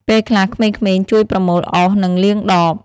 ពេលខ្លះក្មេងៗជួយប្រមូលអុស និងលាងដប។